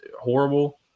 horrible